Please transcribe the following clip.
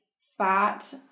spot